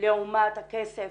לעומת הכסף